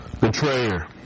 Betrayer